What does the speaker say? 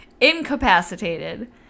incapacitated